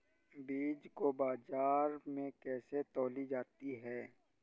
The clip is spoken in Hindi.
बीज को बाजार में कैसे तौली जाती है?